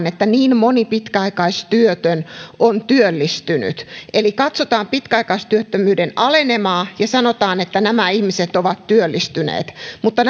että niin moni pitkäaikaistyötön on työllistynyt eli katsotaan pitkäaikaistyöttömyyden alenemaa ja sanotaan että nämä ihmiset ovat työllistyneet mutta